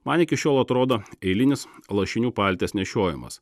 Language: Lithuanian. man iki šiol atrodo eilinis lašinių palties nešiojimas